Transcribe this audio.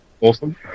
Awesome